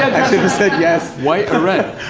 said yes. white or red?